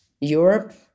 Europe